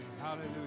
Hallelujah